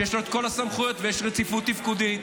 שיש לו את כל הסמכויות ויש רציפות תפקודית.